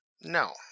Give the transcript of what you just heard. No